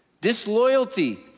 Disloyalty